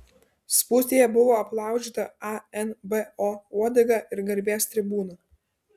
spūstyje buvo aplaužyta anbo uodega ir garbės tribūna